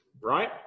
right